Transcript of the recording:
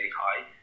high